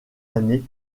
années